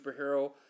superhero